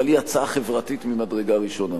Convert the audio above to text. אבל היא הצעה חברתית ממדרגה ראשונה.